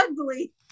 ugly